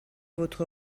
votre